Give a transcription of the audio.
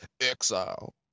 Exile